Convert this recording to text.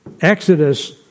Exodus